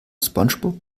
spongebob